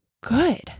good